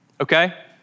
okay